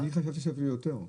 אני חושב שזה אפילו יותר.